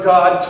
God